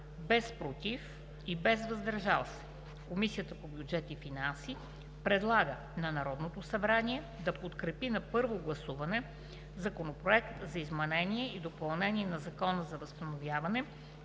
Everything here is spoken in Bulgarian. без „против“ и „въздържал се“, Комисията по бюджет и финанси предлага на Народното събрание да подкрепи на първо гласуване Законопроект за изменение и допълнение на Закона за възстановяване